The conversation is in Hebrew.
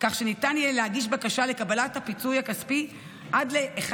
כך שניתן יהיה להגיש בקשה לקבלת הפיצוי הכספי עד 1